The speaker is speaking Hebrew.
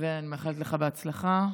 אני מאחלת לך הצלחה.